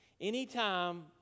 Anytime